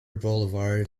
boulevard